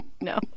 No